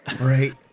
Right